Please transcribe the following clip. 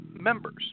members